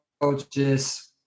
coaches